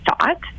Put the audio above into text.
thought